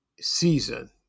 season